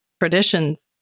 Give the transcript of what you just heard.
traditions